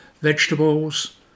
Vegetables